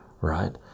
right